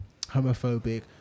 homophobic